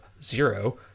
zero